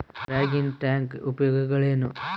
Dragon tank ಉಪಯೋಗಗಳೇನು?